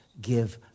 give